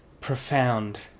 profound